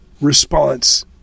response